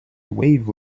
wave